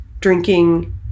drinking